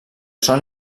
són